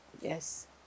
Yes